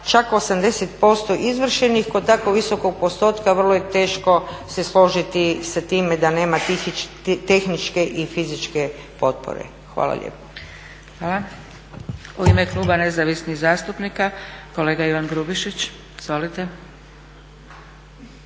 čak 80% izvršenih. Kod tako visokog postotka vrlo je teško se složiti sa time da nema tehničke i fizičke potpore. Hvala lijepa. **Zgrebec, Dragica (SDP)** Hvala. U ime Kluba Nezavisnih zastupnika kolega Ivan Grubišić. Izvolite.